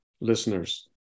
listeners